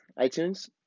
iTunes